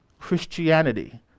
Christianity